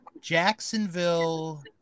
Jacksonville